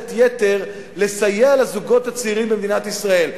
מוטיבציית יתר לסייע לזוגות הצעירים במדינת ישראל.